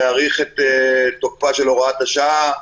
להאריך את תוקפה של הוראת השעה,